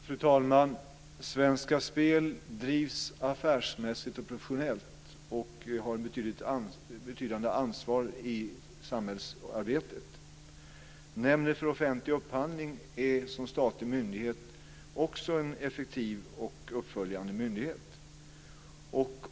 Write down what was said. Fru talman! Svenska Spel drivs affärsmässigt och professionellt och har ett betydande ansvar i samhällsarbetet. Nämnden för offentlig upphandling är som statlig myndighet också en effektiv och uppföljande myndighet.